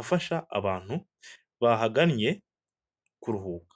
afasha abantu bahagannye kuruhuka.